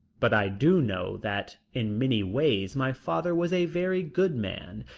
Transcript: but i do know that in many ways my father was a very good man,